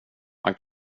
man